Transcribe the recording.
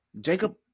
Jacob